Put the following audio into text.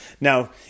Now